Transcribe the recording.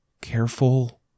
careful